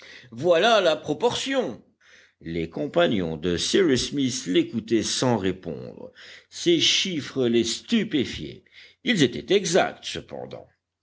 voilà la proportion les compagnons de cyrus smith l'écoutaient sans répondre ces chiffres les stupéfiaient ils étaient exacts cependant